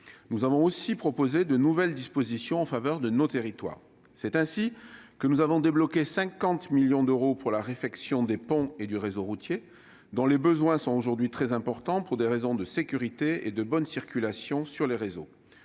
Nous avons aussi proposé de nouvelles dispositions en faveur de nos territoires. Ainsi, nous avons débloqué 50 millions d'euros pour la réfection des ponts et du réseau routier, dont les besoins sont aujourd'hui très importants pour des raisons de sécurité et de bonne circulation. Si vous